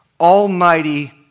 almighty